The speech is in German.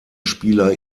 spieler